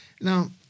Now